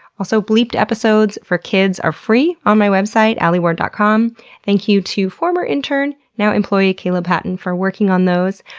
ah so bleeped episodes for kids are free on my website, alieward dot com, and thank you to former intern, now employee, caleb patton for working on those.